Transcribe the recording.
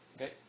Okay